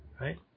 right